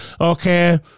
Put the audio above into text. okay